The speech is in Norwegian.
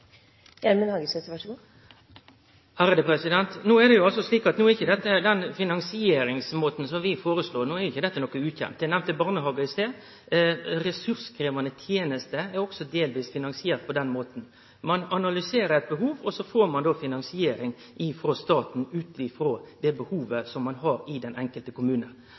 No er det ikkje slik at den finansieringsmåten som vi foreslår, er ukjend. Eg nemnde barnehagar i stad. Ressurskrevjande tenester er også delvis finansierte på den måten. Ein analyserer eit behov, og så får ein finansiering frå staten ut frå det behovet ein har i den enkelte kommunen.